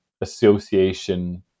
association